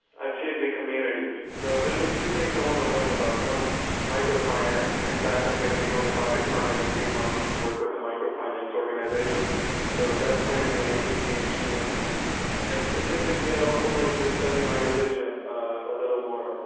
i'm changing communities. so there's a few things i want to learn about microfinance. in fact, i'm going to be going to pakistan in a few months to work with a microfinance organization so that's going to be an interesting experience. and and specifically i'd also like to study my religion a little more,